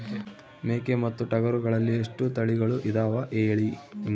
ಮೇಕೆ ಮತ್ತು ಟಗರುಗಳಲ್ಲಿ ಎಷ್ಟು ತಳಿಗಳು ಇದಾವ ಹೇಳಿ?